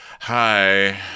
hi